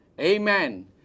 Amen